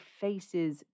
faces